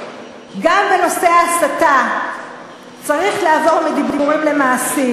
גם בנושא ההסתה צריך לעבור מדיבורים למעשים.